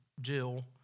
Jill